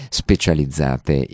specializzate